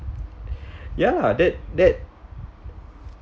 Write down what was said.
ya lah that that